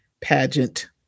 pageant